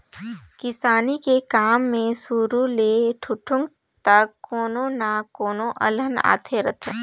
किसानी के काम मे सुरू ले ठुठुंग तक कोनो न कोनो अलहन आते रथें